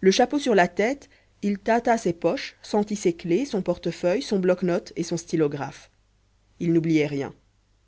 le chapeau sur la tête il tâta ses poches sentit ses clefs son portefeuille son bloc notes et son stylographe il n'oubliait rien